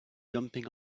jumping